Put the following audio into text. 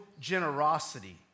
generosity